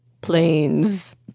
planes